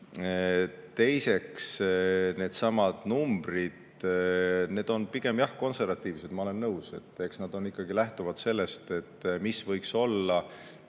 Teiseks, needsamad numbrid on pigem jah konservatiivsed, ma olen nõus. Eks nad ikkagi lähtuvad sellest, mis võiks olla